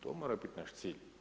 To mora biti naš cilj.